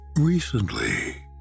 recently